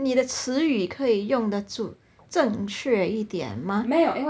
你的词语可以用得准正确一点吗